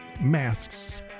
masks